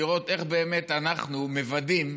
הוא לראות איך באמת אנחנו מוודאים,